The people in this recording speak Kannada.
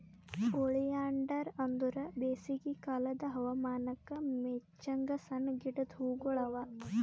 ಒಲಿಯಾಂಡರ್ ಅಂದುರ್ ಬೇಸಿಗೆ ಕಾಲದ್ ಹವಾಮಾನಕ್ ಮೆಚ್ಚಂಗ್ ಸಣ್ಣ ಗಿಡದ್ ಹೂಗೊಳ್ ಅವಾ